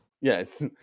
Yes